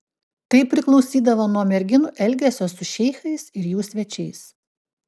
tai priklausydavo nuo merginų elgesio su šeichais ir jų svečiais